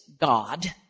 God